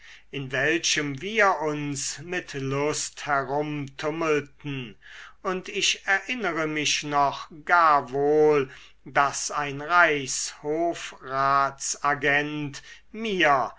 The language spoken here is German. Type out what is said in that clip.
in welchem wir uns mit lust herumtummelten und ich erinnere mich noch gar wohl daß ein reichshofratsagent mir